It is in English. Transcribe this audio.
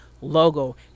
logo